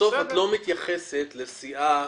ובסוף את לא מתייחסת לסיעת